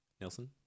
Nelson